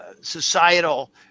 societal